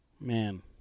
Man